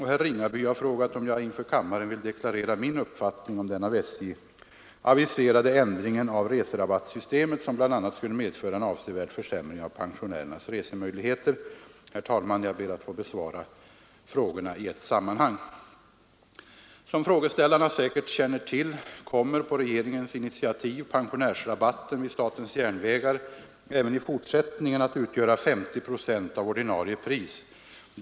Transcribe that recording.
Herr Ringaby har frågat om jag inför kammaren vill deklarera min uppfattning om den av SJ aviserade ändringen av reserabattsystemet som bl.a. skulle medföra en avsevärd försämring av pensionärernas resemöjligheter. Herr talman! Jag ber att få besvara frågorna i ett sammanhang. Som frågeställarna säkert känner till kommer på regeringens initiativ pensionärsrabatten vid SJ även i fortsättningen att utgöra 50 procent av ordinarie pris.